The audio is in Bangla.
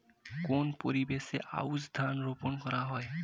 কোন পরিবেশে আউশ ধান রোপন করা হয়?